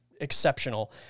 exceptional